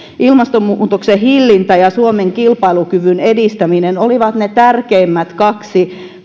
ilmastonmuutoksen hillintä ja suomen kilpailukyvyn edistäminen olivat ne tärkeimmät kaksi